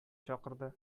чакырды